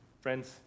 friends